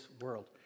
world